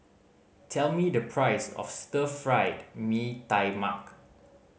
tell me the price of Stir Fried Mee Tai Mak